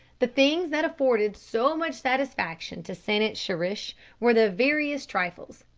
the things that afforded so much satisfaction to san-it-sa-rish were the veriest trifles.